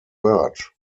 word